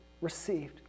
received